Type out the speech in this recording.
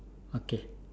okay